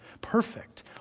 Perfect